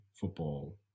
football